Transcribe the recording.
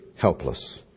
helpless